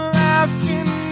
laughing